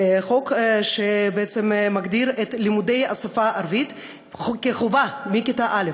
חוק שבעצם מגדיר את השפה הערבית כחובה מכיתה א'.